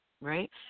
right